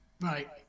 Right